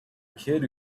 kid